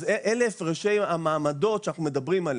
אלה הפרשי המעמדות שאנחנו מדברים עליהם.